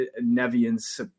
Nevian's